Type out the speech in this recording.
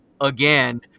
again